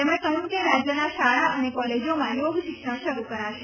તેમણે કહ્યું કે રાજ્યના શાળા અને કોલેજોમાં યોગ શિક્ષણ શરૂ કરાશે